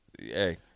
Hey